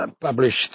published